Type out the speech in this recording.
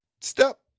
Step